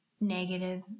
negative